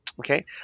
Okay